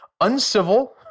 Uncivil